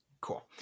cool